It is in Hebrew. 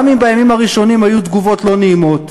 גם אם בימים הראשונים היו תגובות לא נעימות,